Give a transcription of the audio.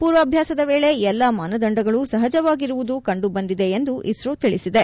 ಪೂರ್ವಾಭ್ಯಾಸದ ವೇಳೆ ಎಲ್ಲ ಮಾನದಂಡಗಳು ಸಹಜವಾಗಿರುವುದು ಕಂಡು ಬಂದಿವೆ ಎಂದು ಇಸ್ತ್ರೊ ತಿಳಿಸಿದೆ